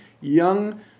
young